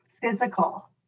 physical